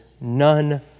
none